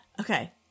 Okay